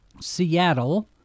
Seattle